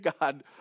God